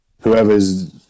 whoever's